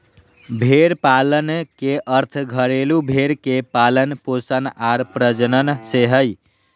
भेड़ पालन के अर्थ घरेलू भेड़ के पालन पोषण आर प्रजनन से हइ